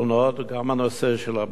וגם הנושא של הבדואים.